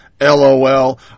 LOL